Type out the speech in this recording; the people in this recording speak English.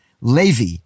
Levi